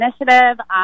initiative